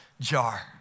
jar